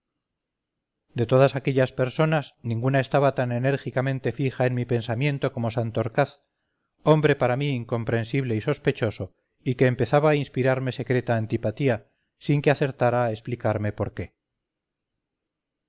de todas aquellas personas ninguna estaba tan enérgicamente fija en mi pensamiento como santorcaz hombre para mí incomprensible y sospechoso y que empezaba a inspirarme secreta antipatía sin que acertara a explicarme por qué